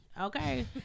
okay